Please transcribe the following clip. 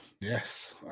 Yes